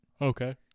Okay